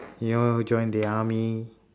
you know join the army